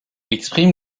exprime